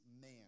man